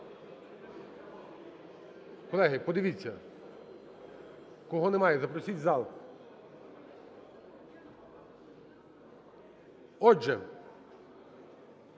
Колеги, подивіться, кого немає, запросіть в зал. Отже,